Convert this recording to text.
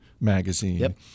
magazine